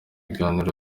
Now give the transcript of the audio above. biganiro